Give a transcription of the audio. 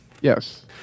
Yes